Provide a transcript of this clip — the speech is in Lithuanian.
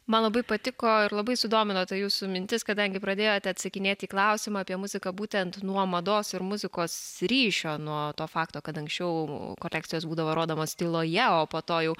man labai patiko ir labai sudomino ta jūsų mintis kadangi pradėjote atsakinėti į klausimą apie muziką būtent nuo mados ir muzikos ryšio nuo to fakto kad anksčiau kolekcijos būdavo rodomos tyloje o po to jau